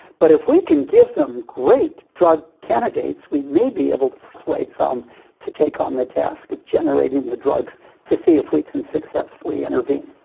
but if we can give them great drug candidates we may be able to persuade some to take on the task of generating the drugs to see if we can successfully intervene.